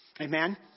Amen